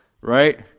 Right